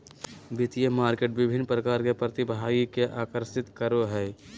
वित्तीय मार्केट विभिन्न प्रकार के प्रतिभागि के आकर्षित करो हइ